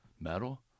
metal